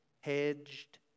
hedged